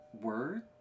word